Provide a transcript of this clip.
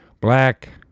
black